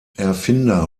erfinder